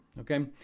Okay